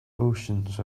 oceans